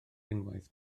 unwaith